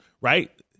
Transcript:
right